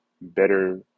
better